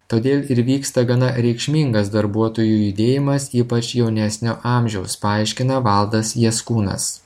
todėl ir vyksta gana reikšmingas darbuotojų judėjimas ypač jaunesnio amžiaus paaiškina valdas jaskūnas